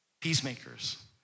Peacemakers